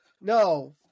No